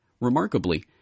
Remarkably